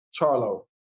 Charlo